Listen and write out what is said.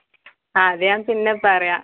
അത് ഞാൻ പിന്നെ പറയാം